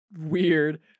weird